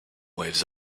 waves